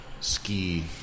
ski